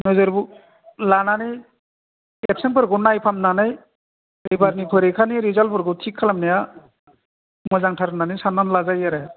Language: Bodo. नोजोर लानानै एबसेन्टफोरखौ नायफामनानै एबारनि परिक्खानि रेजाल्टफोरखौ थिग खालामनाया मोजांथार होननानै साननानै लाजायो आरो